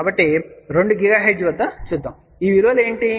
కాబట్టి 2 GHz వద్ద చూద్దాం ఈ విలువలు ఏమిటి